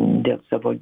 dėl savo